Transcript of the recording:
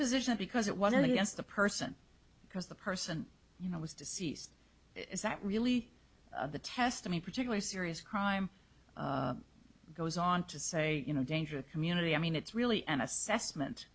position because it wasn't against the person because the person you know was deceased is that really the test i mean particularly serious crime goes on to say you know dangerous community i mean it's really an assessment